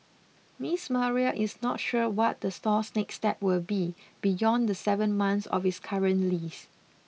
Miss Maria is not sure what the store's next step will be beyond the seven months of its current lease